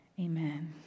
Amen